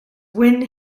win